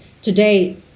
today